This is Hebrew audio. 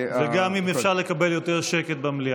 וגם אם אפשר לקבל יותר שקט במליאה,